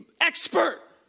expert